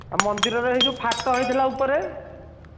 ମନ୍ଦିରର ହେଇ ଯେଉଁ ଫାଟ ହୋଇଥିଲା ଉପରେ